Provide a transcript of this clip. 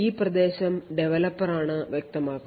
ഈ പ്രദേശം ഡെവലപ്പർ ആണ് വ്യക്തമാക്കുന്നത്